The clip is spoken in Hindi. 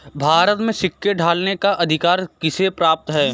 भारत में सिक्के ढालने का अधिकार किसे प्राप्त है?